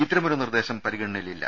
ഇത്തരമൊരു നിർദേശം പരിഗണനയിലില്ല